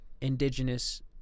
indigenous